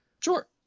Sure